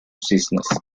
cisnes